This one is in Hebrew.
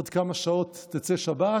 עוד כמה שעות תצא שבת